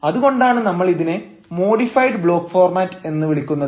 അതുകൊണ്ടാണ് നമ്മൾ ഇതിനെ മോഡിഫൈഡ് ബ്ലോക്ക് ഫോർമാറ്റ് എന്ന് വിളിക്കുന്നത്